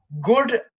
good